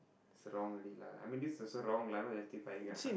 is wrong already lah I mean this is also wrong lah I'm not justifying ah